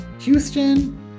Houston